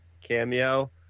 cameo